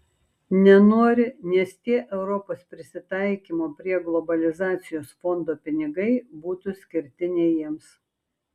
nenori nes tie europos prisitaikymo prie globalizacijos fondo pinigai būtų skirti ne jiems